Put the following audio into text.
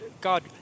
God